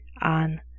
on